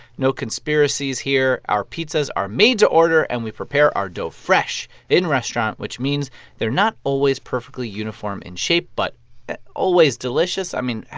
no conspiracies here our pizzas are made to order, and we prepare our dough fresh in restaurant, which means they're not always perfectly uniform in shape but always delicious. i mean,